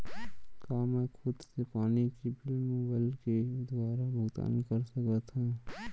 का मैं खुद से पानी के बिल मोबाईल के दुवारा भुगतान कर सकथव?